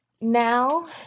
now